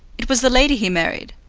it was the lady he married.